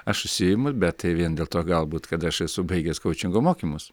aš užsiimu bet tai vien dėl to galbūt kad aš esu baigęs kaučingo mokymus